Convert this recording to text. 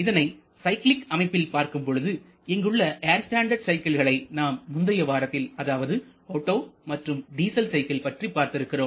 இதனை சைக்கிலீக் அமைப்பில் பார்க்கும் பொழுதுஇங்குள்ள ஏர் ஸ்டாண்டட் சைக்கிள்களை நாம் முந்தைய வாரத்தில் அதாவது ஒட்டோ மற்றும் டீசல் சைக்கிள் பற்றி பார்த்திருக்கிறோம்